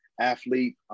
athlete